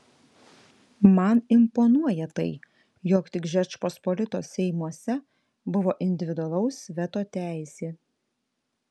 man imponuoja tai jog tik žečpospolitos seimuose buvo individualaus veto teisė